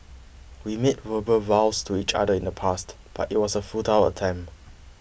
we made verbal vows to each other in the past but it was a futile attempt